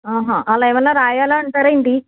అలా ఏమన్నా రాయాలా అంటారా ఏంటి